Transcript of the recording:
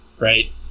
right